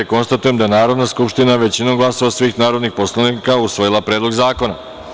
Konstatujem da je Narodna skupština, većinom glasova svih narodnih poslanika, usvojila Predlog zakona.